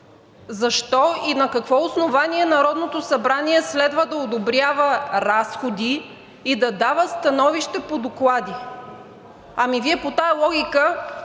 Защо и на какво основание Народното събрание следва да одобрява разходи и да дава становища по доклади?! Ами, Вие по тази логика